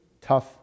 tough